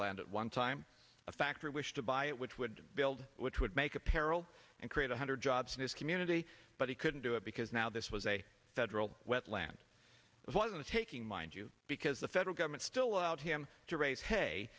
land at one time a factory wish to buy it which would build which would make apparel and create one hundred jobs in this community but he couldn't do it because now this was a federal wetland it wasn't taking mind you because the federal government still allowed him to raise h